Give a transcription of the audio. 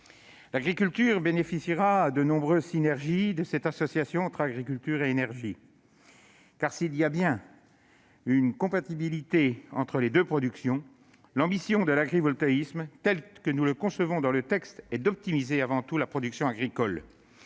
L'agriculture bénéficiera de nombreuses synergies résultant de cette association entre agriculture et énergie, car s'il y a bien une compatibilité entre les deux productions, l'ambition de l'agrivoltaïsme tel que nous le concevons dans ce texte est d'optimiser avant tout la production agricole,